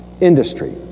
industry